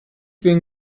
bin